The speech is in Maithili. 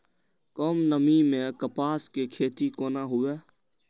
कम नमी मैं कपास के खेती कोना हुऐ?